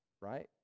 right